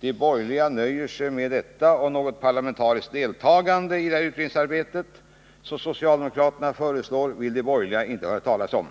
De borgerliga nöjer sig med detta, och något parlamentariskt deltagande i utredningsarbetet - som socialdemokraterna föreslår — vill de borgerliga inte höra talas om.